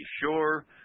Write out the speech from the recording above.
sure